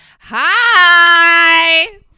hi